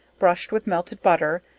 brushed with melted butter,